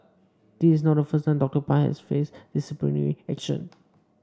this is not the first time Doctor Pang has faced disciplinary action